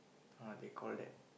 what they call that